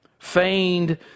feigned